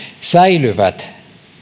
säilyvät